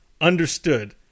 Understood